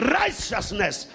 righteousness